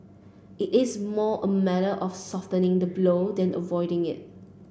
it is more a matter of softening the blow than avoiding it